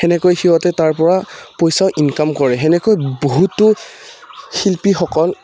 তেনেকৈ সিহঁতে তাৰপৰা পইচাও ইনকাম কৰে তেনেকৈ বহুতো শিল্পীসকল